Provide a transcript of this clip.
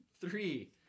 Three